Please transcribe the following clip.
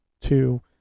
two